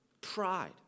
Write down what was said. pride